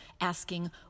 asking